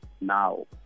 now